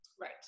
Right